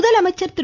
முதலமைச்சர் திரு